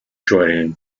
joining